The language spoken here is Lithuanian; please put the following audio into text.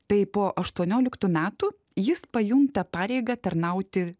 tai po aštuonioliktų metų jis pajunta pareigą tarnauti